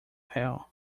fail